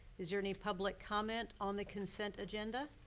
is there any public comment on the consent agenda?